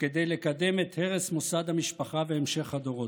וכדי לקדם את הרס מוסד המשפחה והמשך הדורות.